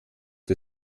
der